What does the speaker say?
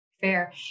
fair